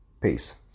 Peace